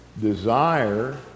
desire